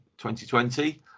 2020